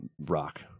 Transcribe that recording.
rock